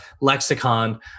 lexicon